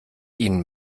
ihnen